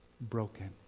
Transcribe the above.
broken